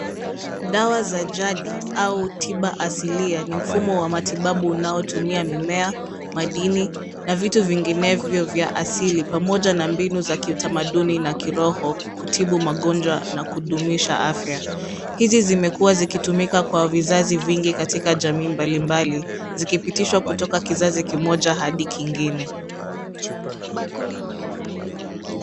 Dawa za jadi au tiba asilia ni mfumo wa matibabu unaotumia mimea, madini, na vitu vinginevyo vya asili pamoja na mbinu za kiutamaduni na kiroho kutibu magonjwa na kudumisha afya. Hizi zimekuwa zikitumika kwa vizazi vingi katika jamii mbalimbali, zikipitishwa kutoka kizazi kimoja hadi kingine.